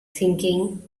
thinking